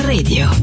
Radio